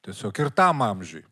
tiesiog ir tam amžiui